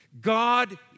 God